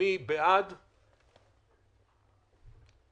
מי בעד ומי נגד?